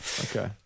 Okay